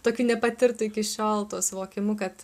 tokiu nepatirtu iki šiol tuo suvokimu kad